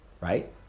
Right